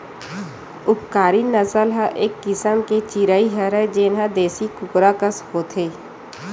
उपकारी नसल ह एक किसम के चिरई हरय जेन ह देसी कुकरा कस होथे